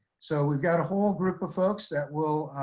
so we've got a whole group of folks that will